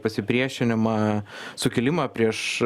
pasipriešinimą sukilimą prieš